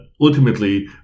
Ultimately